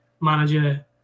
manager